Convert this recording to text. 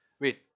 Wait